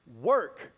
work